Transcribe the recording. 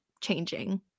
changing